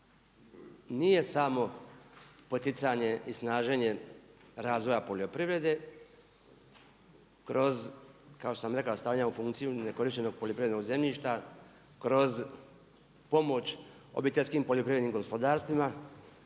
nije samo poticanje i snaženje razvoja poljoprivrede kroz kao što sam rekao stavljanja u funkciju nekorištenog poljoprivrednog zemljišta, kroz pomoć obiteljskim poljoprivrednim gospodarstvima,